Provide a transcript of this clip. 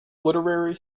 literary